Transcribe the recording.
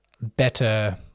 better